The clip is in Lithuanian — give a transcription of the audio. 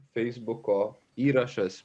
feisbuko įrašas